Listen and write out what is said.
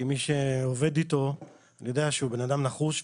כמי שעובד איתו אני יודע שהוא בן אדם נחוש,